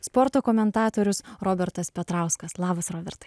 sporto komentatorius robertas petrauskas labas robertai